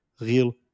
real